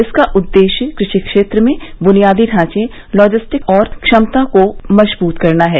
इसका उद्देश्य कृषि क्षेत्र में बुनियादी ढांचे लॉजिस्टिक्स और क्षमता निर्माण को मजबूत करना है